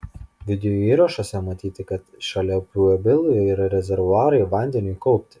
videoįrašuose matyti kad šalia pueblų yra rezervuarai vandeniui kaupti